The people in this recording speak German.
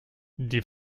die